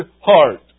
heart